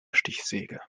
stichsäge